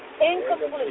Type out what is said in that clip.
Incomplete